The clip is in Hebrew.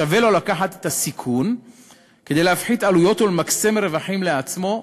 שווה לו לקחת את הסיכון כדי להפחית עלויות ולמקסם רווחים לעצמו,